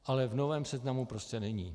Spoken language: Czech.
Ale v novém seznamu prostě není.